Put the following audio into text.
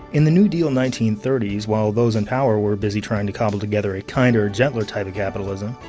in the new deal nineteen thirty s, while those in power were busy trying to cobble together a kinder, gentler type of capitalism,